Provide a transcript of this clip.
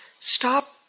Stop